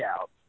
out